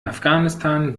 afghanistan